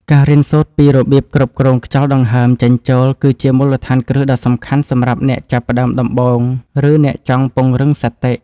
ការរៀនសូត្រពីរបៀបគ្រប់គ្រងខ្យល់ដង្ហើមចេញចូលគឺជាមូលដ្ឋានគ្រឹះដ៏សំខាន់សម្រាប់អ្នកចាប់ផ្តើមដំបូង ឬ អ្នកចង់ពង្រឹងសតិ។